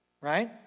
right